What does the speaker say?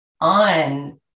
on